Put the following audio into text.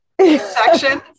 section